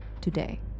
today